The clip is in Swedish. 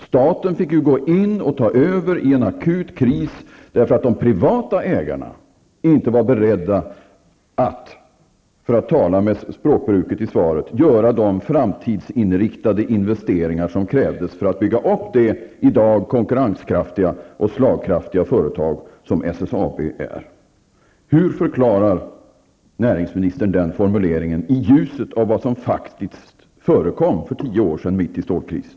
Staten fick ju gå in och ta över i en akut kris därför att de privata ägarna inte var beredda att -- för att tala med språkbruket i svaret -- göra de framtidsinriktade investeringar som krävdes för att bygga upp det konkurrenskraftiga och slagkraftiga företag som SSAB är i dag. Hur förklarar näringsministern den formuleringen i ljuset av vad som faktiskt förekom för tio år sedan mitt i stålkrisen?